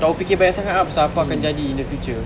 takmo fikir banyak sangat ah pasal apa akan jadi in the future